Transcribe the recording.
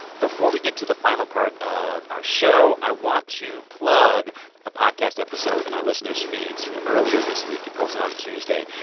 before we get to the final part of our show, i want to plug a podcast episode in our listeners' feeds from earlier this week. it posted on tuesday.